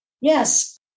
Yes